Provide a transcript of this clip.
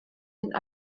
den